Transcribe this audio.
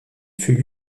fut